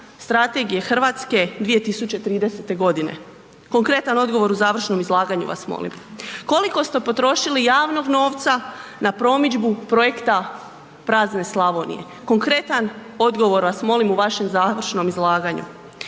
strategije Hrvatske 2030. godine? Konkretan odgovor u završnom izlaganju vas molim. Koliko ste potrošili javnog novca na promidžbu projekta prazne Slavonije? Konkretan odgovor vas molim u vašem završnom izlaganju.